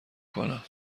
کنم